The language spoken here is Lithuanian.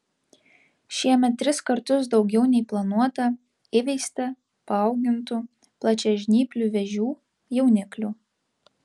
šiemet tris kartus daugiau nei planuota įveista paaugintų plačiažnyplių vėžių jauniklių